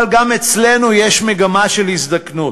אבל גם אצלנו יש מגמה של הזדקנות,